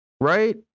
right